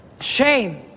Shame